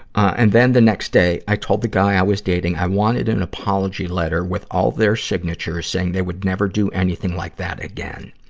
and then, the next day, i told the guy i was dating i wanted an apology letter with all their signatures, saying they would never do anything like that ever again.